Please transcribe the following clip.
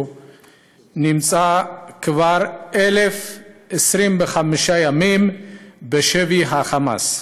נמצא כבר 1,025 ימים בשבי ה"חמאס".